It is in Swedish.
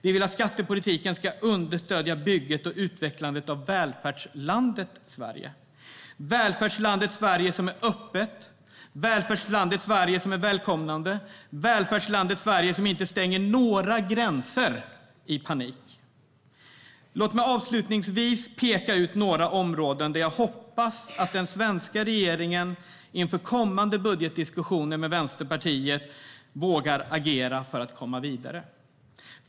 Vi vill att skattepolitiken ska understödja bygget och utvecklandet av välfärdslandet Sverige - välfärdslandet Sverige som är öppet, välfärdslandet Sverige som är välkomnande och välfärdslandet Sverige som inte stänger några gränser i panik. Låt mig avslutningsvis peka ut några områden där jag hoppas att den svenska regeringen inför kommande budgetdiskussioner med Vänsterpartiet vågar agera för att komma vidare.